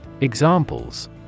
EXAMPLES